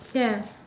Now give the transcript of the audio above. ya